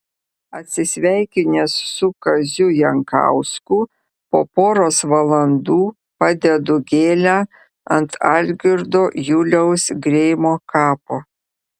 atsisveikinęs su kaziu jankausku po poros valandų padedu gėlę ant algirdo juliaus greimo kapo